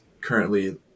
currently